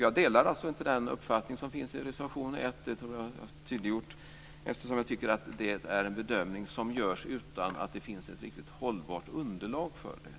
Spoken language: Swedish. Jag delar alltså inte den uppfattning som finns i reservation 1, eftersom jag tycker att det är en bedömning som görs utan att det finns ett riktigt hållbart underlag för det.